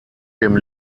dem